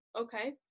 Okay